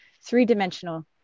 three-dimensional